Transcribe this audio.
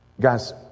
Guys